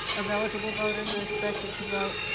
of eligible voters, are expected to vote.